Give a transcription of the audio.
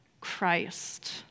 Christ